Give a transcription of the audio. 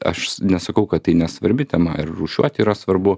aš nesakau kad tai nesvarbi tema ir rūšiuot yra svarbu